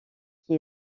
qui